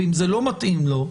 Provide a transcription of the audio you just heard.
ואם זה לא מתאים לו,